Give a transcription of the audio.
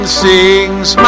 sings